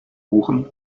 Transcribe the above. buchen